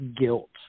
guilt